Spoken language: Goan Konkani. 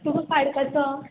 तुका काडपाचो